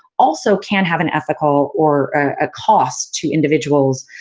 also can have an ethical or a cost to individuals.